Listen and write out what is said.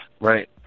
Right